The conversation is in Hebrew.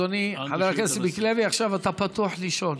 אדוני חבר הכנסת מיקי לוי, עכשיו אתה פתוח לשאול.